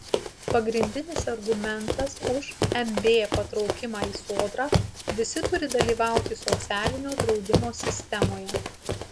pagrindinis argumentas už mb patraukimą į sodrą visi turi dalyvauti socialinio draudimo sistemoje